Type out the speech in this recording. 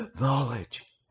knowledge